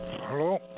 Hello